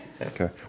Okay